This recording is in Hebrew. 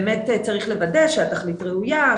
באמת צריך לוודא שהתכלית ראויה,